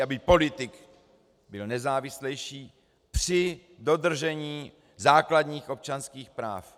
Aby politik byl nezávislejší při dodržení základních občanských práv.